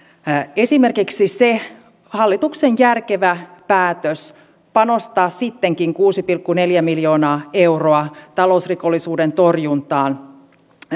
esimerkiksi hallituksen järkevä päätös panostaa sittenkin kuusi pilkku neljä miljoonaa euroa talousrikollisuuden torjuntaan